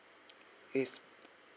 please